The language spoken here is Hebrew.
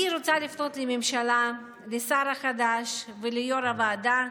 אני רוצה לפנות לממשלה, לשר החדש וליו"ר הוועדה,